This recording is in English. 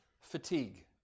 fatigue